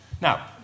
Now